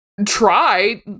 Try